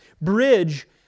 bridge